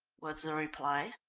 was the reply.